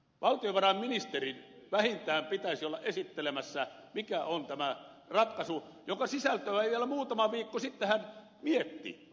valtiovarainministerin vähintään pitäisi olla esittelemässä mikä on tämä ratkaisu jonka sisältöä hän vielä muutama viikko sitten mietti